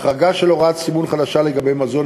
החרגה של הוראת סימון חדשה לגבי מזון